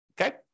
okay